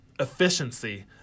Efficiency